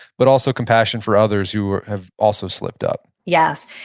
but also compassion for others who have also slipped up yes.